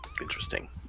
interesting